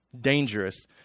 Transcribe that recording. Dangerous